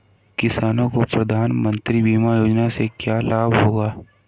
किसानों को प्रधानमंत्री बीमा योजना से क्या लाभ होगा?